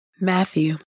Matthew